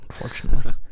unfortunately